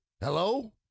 Hello